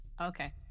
Okay